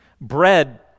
Bread